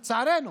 לצערנו.